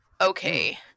Okay